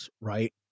right